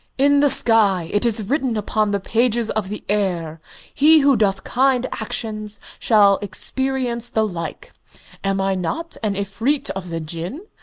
in the sky it is written upon the pages of the air he who doth kind actions shall experience the like am i not an efreet of the jinn?